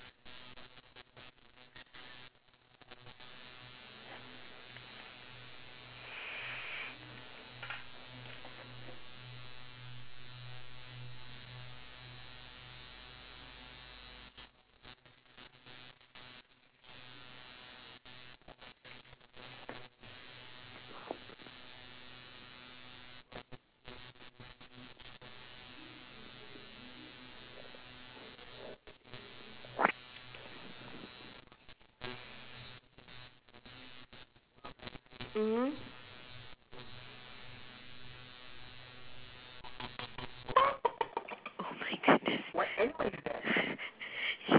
mmhmm oh my goodness